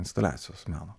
instaliacijos meno